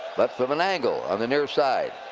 but from an angle on the near side.